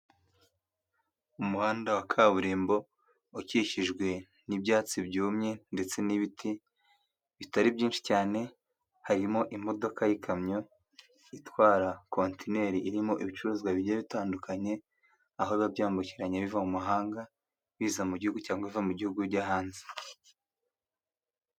Umuhanda wa kaburimbo ukikijwe n'ibyatsi byumye ndetse n'ibiti bitari byinshi cyane, harimo imodoka y'ikamyo itwara contineri irimo ibicuruzwa bigiye bitandukanye, aho biba byambukiranya biva mu mahanga biza mu gihugu cyangwa biva mu gihugu bijya hanze.